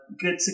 good